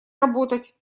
работать